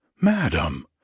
Madam